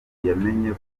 yamenye